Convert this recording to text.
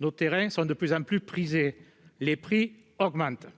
Nos terrains sont de plus en plus prisés et leurs prix augmentent